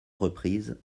reprises